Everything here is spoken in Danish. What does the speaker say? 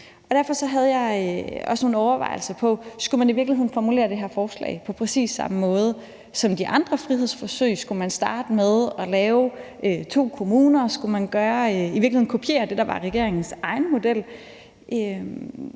Derfor havde jeg også nogle overvejelser om, om man i virkeligheden skulle formulere det her forslag på præcis samme måde som de andre frihedsforsøg. Skulle man starte med at lave det i to kommuner, altså skulle man i virkeligheden kopiere det, der var regeringens egen model?